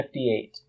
58